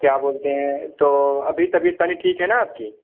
क्या बोलते हैं तो अभी तबीयत पानी ठीक है ना आपकी